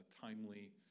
timely